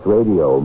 Radio